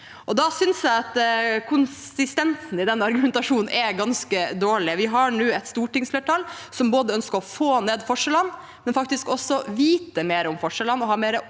Jeg synes konsistensen i den argumentasjonen er ganske dårlig. Vi har nå et stortingsflertall som både ønsker å få ned forskjellene, vite mer om forskjellene og ha mer